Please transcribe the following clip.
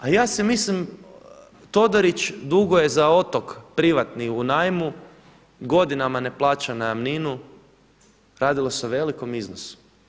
A ja si mislim Todorić duguje za otok privatni u najmu, godinama ne plaća najamninu, radilo se o velikom iznosu.